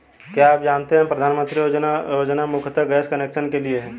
क्या आप जानते है प्रधानमंत्री उज्ज्वला योजना मुख्यतः गैस कनेक्शन के लिए है?